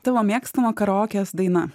tavo mėgstama karaokės daina